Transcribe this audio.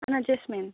आंना जेसमिन